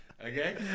Okay